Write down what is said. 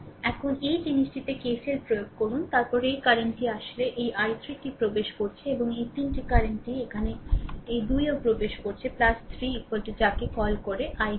এখন এই জিনিসটিতে KCL প্রয়োগ করুন তারপরে এই কারেন্টটি আসলে এই I3 টি প্রবেশ করছে এবং এই 3 কারেন্টটি এখানে এই 2 এও প্রবেশ করছে 3 rযাকে কল করে I2